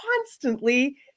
constantly